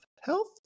health